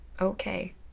okay